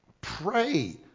pray